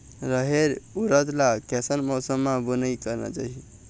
रहेर उरद ला कैसन मौसम मा बुनई करना चाही?